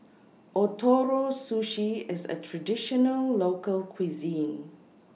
Ootoro Sushi IS A Traditional Local Cuisine